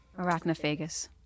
Arachnophagus